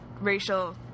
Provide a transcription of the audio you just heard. racial